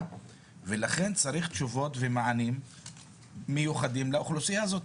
ולכן צריך תשובות ומענים מיוחדים לאוכלוסייה הזאת.